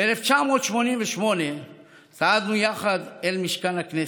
ב-1988 צעדנו יחד אל משכן הכנסת,